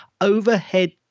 overhead